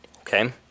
okay